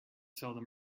seldom